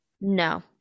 No